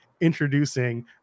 introducing